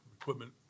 equipment